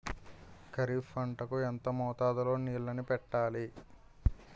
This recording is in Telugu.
ఖరిఫ్ పంట కు ఎంత మోతాదులో నీళ్ళని పెట్టాలి?